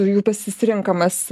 jų pasirenkamas